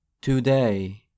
today